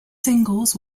singles